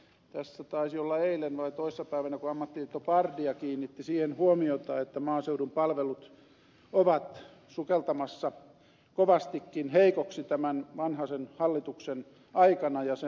tässä taisi olla eilen vai toissapäivänä kun ammattiliitto pardia kiinnitti siihen huomiota että maaseudun palvelut ovat sukeltamassa kovastikin heikoiksi tämän vanhasen hallituksen aikana ja sen toimesta